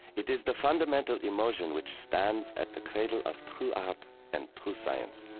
it is the fundamental emotion which stands at the cradle of true art and true science.